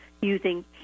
using